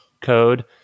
code